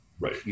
Right